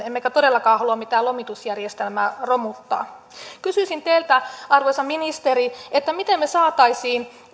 emmekä todellakaan halua mitään lomitusjärjestelmää romuttaa kysyisin teiltä arvoisa ministeri miten me saisimme